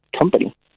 company